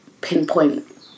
pinpoint